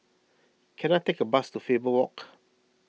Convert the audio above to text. can I take a bus to Faber Walk